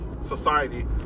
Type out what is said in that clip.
society